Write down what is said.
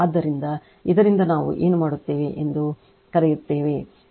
ಆದ್ದರಿಂದ ಇದರಿಂದ ನಾವು ಏನು ಮಾಡುತ್ತೇವೆ ಎಂದು ಕರೆಯುತ್ತೇವೆ